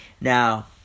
now